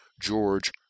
George